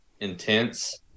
intense